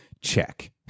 check